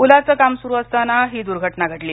पुलाचं काम सुरु असताना ही दुर्घटना घडली